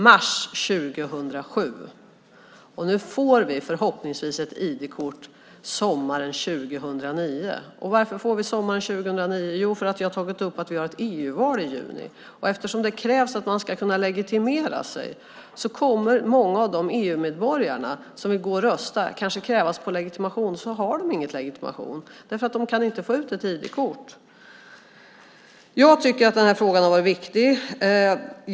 Det var i mars 2007, och nu får vi förhoppningsvis ett ID-kort sommaren 2009. Varför får vi det sommaren 2009? Jo, för att vi har tagit upp att vi har ett EU-val i juni. Eftersom det krävs att man ska kunna legitimera sig kommer många av de EU-medborgare som vill gå och rösta kanske att krävas på legitimation. Och så har de ingen legitimation därför att de inte kan få ut ett ID-kort. Jag tycker att den här frågan har varit viktig.